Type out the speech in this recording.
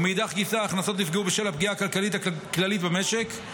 ומאידך גיסא ההכנסות נפגעו בשל הפגיעה הכלכלית הכללית במשק,